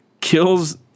kills